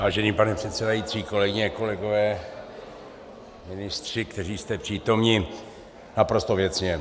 Vážený pane předsedající, kolegyně, kolegové, ministři, kteří jste přítomni , naprosto věcně.